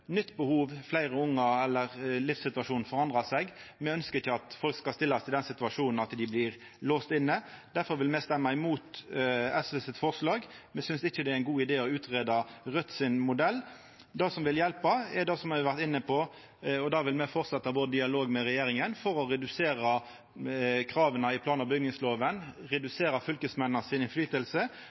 behov, fleire ungar eller livssituasjonen endrar seg. Me ønskjer ikkje at folk skal stillast i den situasjonen at dei blir låste inne. Difor vil me stemma imot forslaget frå SV. Me synest ikkje det er ein god idé å greia ut modellen til Raudt. Det som vil hjelpa, er det me har vore inne på, og der vil me fortsetja vår dialog med regjeringa for å redusera krava i plan- og bygningslova, redusera